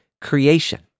creation